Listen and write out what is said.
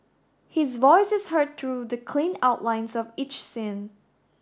his voice is heard through the clean outlines of each scene